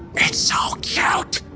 it's so cute!